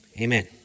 Amen